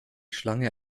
schlange